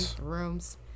rooms